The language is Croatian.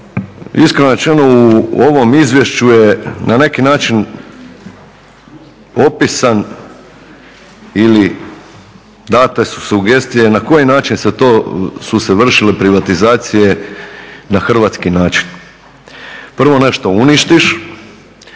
rečeno u ovom izvješću je na neki način popisan ili date su sugestije na koji način su se vršile privatizacije na hrvatski način. Prvo nešto uništiš